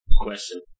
Question